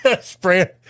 spray